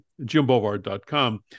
jimbovard.com